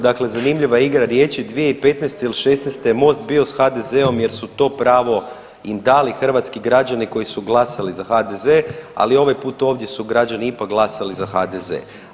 Dakle, zanimljiva igra riječi 2015. ili '16. je MOST bio s HDZ-om jer su to pravo im dali hrvatski građani koji su glasali za HDZ, ali ovaj put ovdje su građani glasali za HDZ.